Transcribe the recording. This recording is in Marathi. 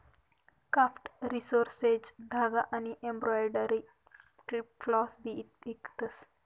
क्राफ्ट रिसोर्सेज धागा आनी एम्ब्रॉयडरी फ्लॉस भी इकतस